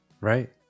Right